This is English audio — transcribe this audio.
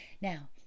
Now